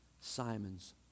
Simon's